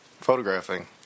photographing